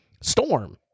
Storm